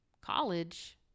college